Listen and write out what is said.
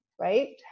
right